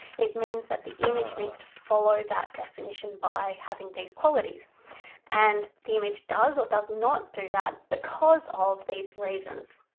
it means that the image needs to follow that definition by having these qualities and the image does or does not do that because of these reasons.